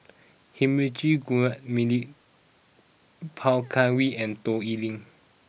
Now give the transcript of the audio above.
Heinrich Gouh Emil Poh Kay Wee and Toh Liying